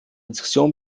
diskussion